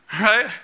Right